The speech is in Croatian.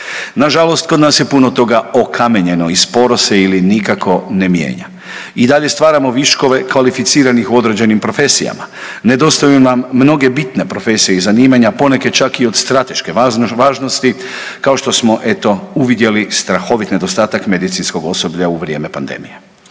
Nažalost, kod nas je puno toga okamenjeno i sporo se ili nikako ne mijenja i dalje stvaramo viškove kvalificiranih u određenim profesijama, nedostaju nam mnoge bitne profesije i zanimanja, poneke čak i od strateške važnosti, kao što smo eto uvidjeli strahovit nedostatak medicinskog osoblja u vrijeme pandemije.